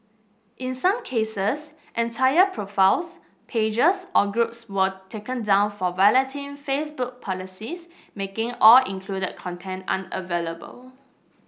in some cases entire profiles pages or groups were taken down for violating Facebook policies making all included content unavailable